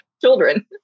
children